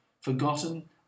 forgotten